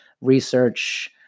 research